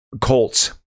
Colts